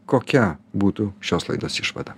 kokia būtų šios laidos išvada